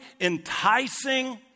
enticing